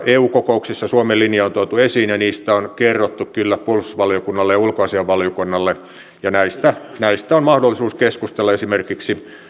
eu kokouksissa suomen linja on tuotu esiin ja niistä on kerrottu kyllä puolustusvaliokunnalle ja ulkoasiainvaliokunnalle näistä näistä on mahdollisuus keskustella esimerkiksi